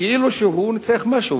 כאילו הוא ניצח משהו.